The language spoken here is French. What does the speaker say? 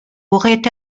auraient